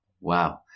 Wow